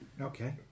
Okay